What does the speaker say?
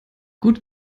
gut